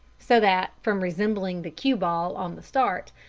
so that, from resembling the cue-ball on the start,